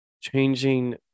Changing